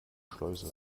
schleuse